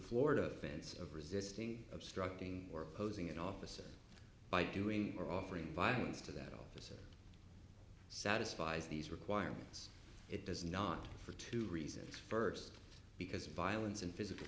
florida fence of resisting obstructing or opposing an officer by doing or offering violence to that office satisfies these requirements it does not for two reasons first because violence and physical